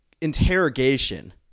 interrogation